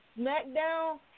SmackDown